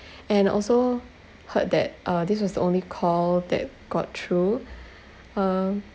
and also heard that uh this was the only call that got through um